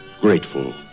grateful